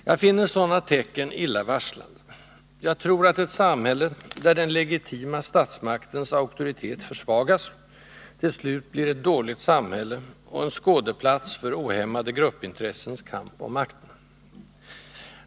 Jag finner sådana tecken illavarslande. Jag tror att ett samhälle där den legitima statsmaktens auktoritet försvagas till slut blir ett dåligt samhälle och en skådeplats för ohämmade gruppintressens kamp om makten.